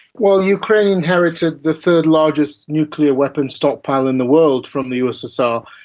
well, ukraine inherited the third largest nuclear weapons stockpile in the world from the ussr.